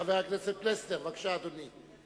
חבר הכנסת פלסנר, בבקשה, אדוני.